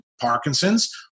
Parkinson's